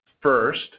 First